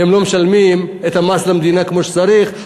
הם לא משלמים את המס למדינה כמו שצריך,